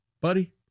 buddy